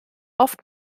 oft